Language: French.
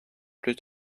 plus